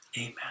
amen